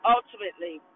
Ultimately